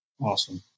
Awesome